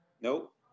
Nope